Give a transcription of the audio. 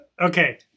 Okay